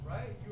Right